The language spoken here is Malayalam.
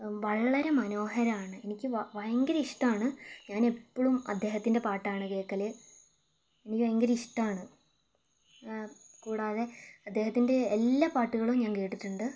വളരെ മനോഹരാണ് എനിക്ക് ഭ ഭയങ്കര ഇഷ്ടമാണ് ഞാൻ എപ്പോഴും അദേഹത്തിൻ്റെ പാട്ടാണ് കേൾക്കല് എനിക്ക് ഭയങ്കര ഇഷ്ടമാണ് കൂടാതെ അദ്ദേഹത്തിൻ്റെ എല്ലാ പാട്ടുകളും ഞാൻ കേട്ടിട്ടുണ്ട്